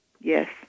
Yes